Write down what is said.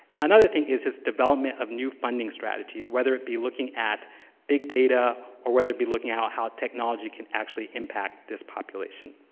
another thing is is development of new funding strategies, whether it be looking at big data or whether it be looking at how technology could actually impact this population.